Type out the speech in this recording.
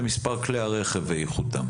למספר כלי הרכב ואיכותם.